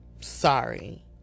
...sorry